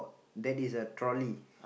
that is a trolley